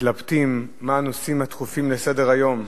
מתלבטים מה הנושאים הדחופים לסדר-היום,